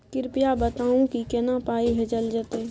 कृपया बताऊ की केना पाई भेजल जेतै?